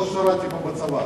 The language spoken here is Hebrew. לא שירתי פה בצבא,